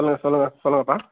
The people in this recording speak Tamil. சொல்லுங்க சொல்லுங்க சொல்லுங்கப்பா